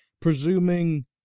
Presuming